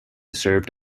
served